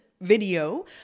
video